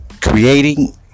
creating